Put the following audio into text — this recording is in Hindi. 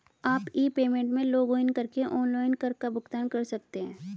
आप ई पेमेंट में लॉगइन करके ऑनलाइन कर का भुगतान कर सकते हैं